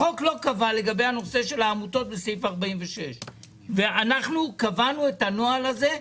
החוק לא קבע לגבי הנושא של העמותות לסעיף 46. אנחנו קבענו את הנוהל הזה,